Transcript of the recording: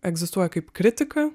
egzistuoja kaip kritika